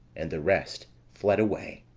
and the rest fled away.